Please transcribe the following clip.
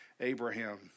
Abraham